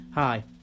Hi